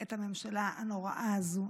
את הממשלה הנוראה הזאת,